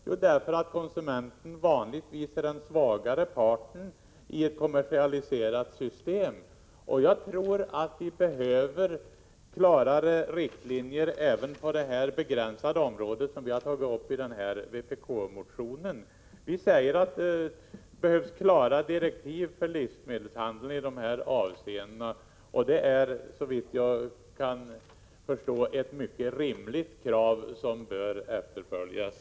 Jo, därför att konsumenten vanligtvis är den svagare parten i ett kommersialiserat system. Jag tror att vi behöver klarare riktlinjer även på det begränsade område som vi i vpk har tagit upp i vår motion. Vi säger således att det behövs klara direktiv för livsmedelshandeln i dessa avseenden och det är, såvitt jag förstår, ett mycket rimligt krav, som bör uppfyllas.